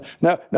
now